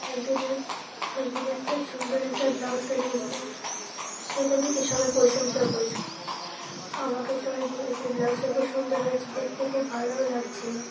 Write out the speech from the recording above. একদিনে এক একদিনে একটা সুন্দর একটা ব্লাউজ তৈরি করেছিলাম সেইটা দেখে সবাই প্রশংসাও করেছিলো আমাকে সবাই বলেছিল ব্লাউজটা খুব সুন্দর হয়েছে দেখতে খুব ভালোও লাগছিলো